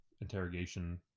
interrogation